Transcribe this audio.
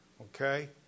okay